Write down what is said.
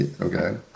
Okay